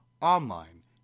online